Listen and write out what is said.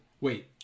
wait